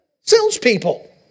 salespeople